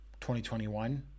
2021